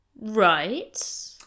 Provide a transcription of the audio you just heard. Right